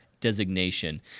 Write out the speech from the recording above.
designation